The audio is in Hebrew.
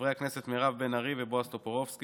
חברי הכנסת מירב בן ארי ובועז טופורובסקי,